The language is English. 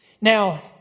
Now